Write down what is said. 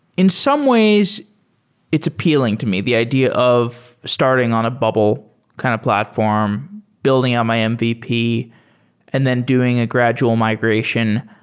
in some ways it's appealing to me, the idea of starting on a bubble kind of platform, building on my mvp and then doing a gradual migration.